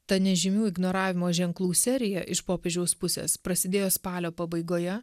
ta nežymių ignoravimo ženklų serija iš popiežiaus pusės prasidėjo spalio pabaigoje